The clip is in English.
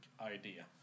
idea